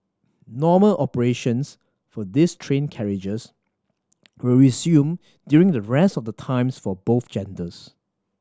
normal operations for these train carriages will resume during the rest of the times for both genders